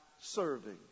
serving